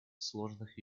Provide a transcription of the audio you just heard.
сложных